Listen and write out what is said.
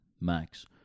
Max